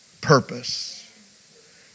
purpose